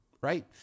right